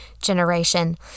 generation